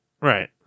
right